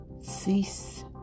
cease